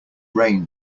rain